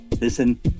listen